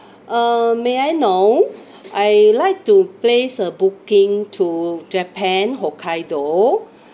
uh may I know I like to place a booking to japan hokkaido